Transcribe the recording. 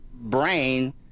brain